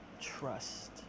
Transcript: trust